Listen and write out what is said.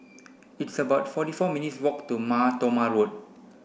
it's about forty four minutes' walk to Mar Thoma Road